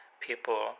people